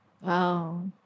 Wow